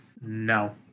No